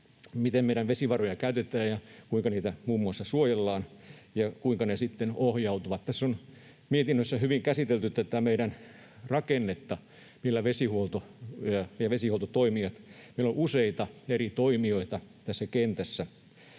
miten meidän vesivaroja käytetään ja kuinka niitä muun muassa suojellaan ja kuinka ne sitten ohjautuvat. Tässä mietinnössä on hyvin käsitelty tätä meidän vesihuoltotoimijoiden rakennetta. Meillä on useita eri toimijoita tässä kentässä.